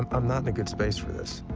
i'm not in a good space for this.